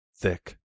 thick